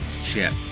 ship